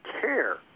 care